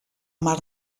mar